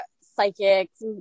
psychics